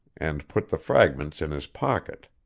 and put the fragments in his pocket.